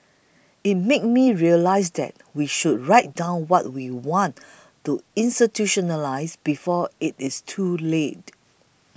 it made me realise that we should write down what we want to institutionalise before it's too late